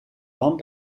lamp